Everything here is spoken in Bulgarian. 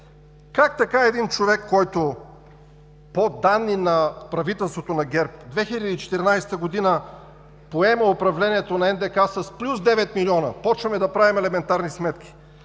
как така един човек, който по данни на правителството на ГЕРБ, през 2014 г. поема управлението на НДК с плюс девет милиона – почваме да правим елементарни сметки,